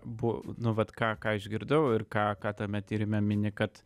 bu nu vat ką išgirdau ir ką tame tyrime mini kad